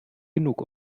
genug